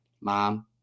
mom